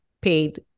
paid